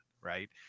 right